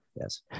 yes